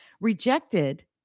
rejected